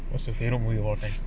what's a favourite movie in our time